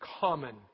common